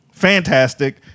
Fantastic